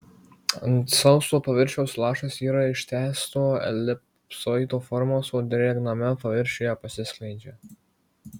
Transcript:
ant sauso paviršiaus lašas yra ištęsto elipsoido formos o drėgname paviršiuje pasiskleidžia